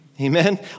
Amen